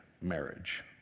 marriage